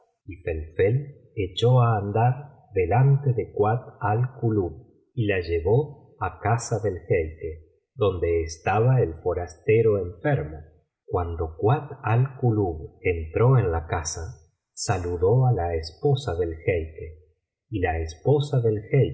á andar delante de kuat alkulub y la llevó á casa del jeique donde estaba el forastero enfermo c guando kuat al kulub entró en la casa saludó biblioteca valenciana generalitat vafenciana historia de ghanem y petnah á la esposa del jeique y la esposa del